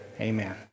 amen